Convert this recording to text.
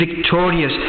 victorious